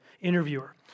Interviewer